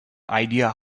idea